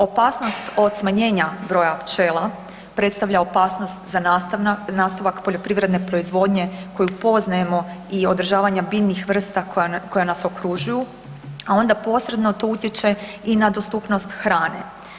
Opasnost od smanjenja broja pčela predstavlja opasnost za nastavak poljoprivredne proizvodnje koju poznajemo i održavanja biljnih vrsta koja, koja nas okružuju, a onda posredno to utječe i na dostupnost hrane.